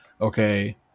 okay